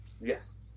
Yes